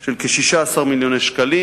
של כ-16 מיליון שקלים.